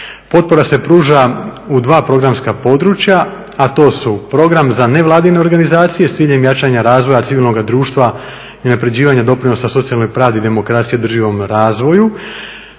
Potpora se pruža u dva programska područja, a to su program za nevladine organizacije s ciljem jačanja razvoja civilnog društva i unaprjeđivanja doprinosa socijalnoj pravdi, demokraciji i održivom razvoju.